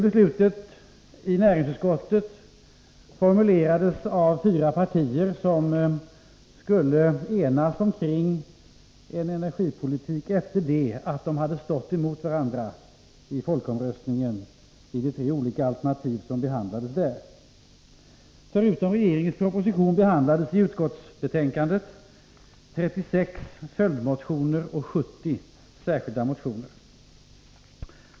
Beslutet i näringsutskottet formulerades av fyra partier som skulle enas om en energipolitik efter det att de i folkomröstningen hade stått mot varandra i de tre alternativ som då förelåg. Förutom regeringens proposition behandlades i utskottsbetänkandet 36 följdmotioner och 70 särskilda motioner.